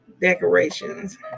decorations